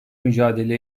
mücadele